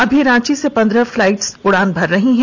अभी रांची से पंद्रह फ्लाइट उड़ान भर रही है